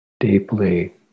Deeply